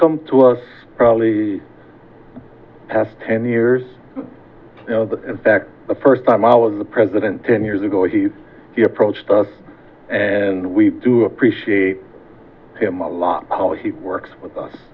come to us probably past ten years in fact the first time i was the president ten years ago he approached us and we do appreciate him a lot of he works with us